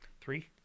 Three